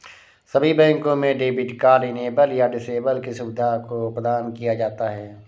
सभी बैंकों में डेबिट कार्ड इनेबल या डिसेबल की सुविधा को प्रदान किया जाता है